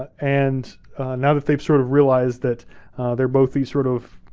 and now that they've sort of realized that they're both these sort of,